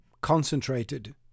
concentrated